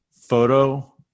photo